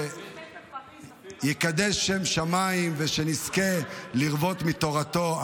ושיקדש שם שמיים, ושנזכה לרוות מתורתו.